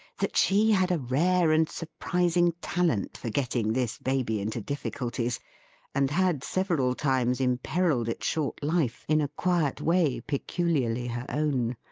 that she had a rare and surprising talent for getting this baby into difficulties and had several times imperilled its short life, in a quiet way peculiarly her own.